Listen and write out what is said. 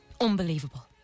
unbelievable